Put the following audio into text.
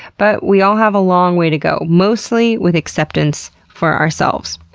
but we all have a long way to go. mostly with acceptance for ourselves.